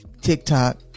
TikTok